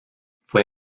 fue